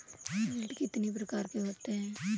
ऋण कितनी प्रकार के होते हैं?